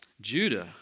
Judah